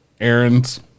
errands